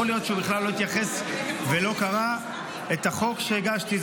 יכול להיות שהוא בכלל לא התייחס ולא קרא את החוק שהגשתי.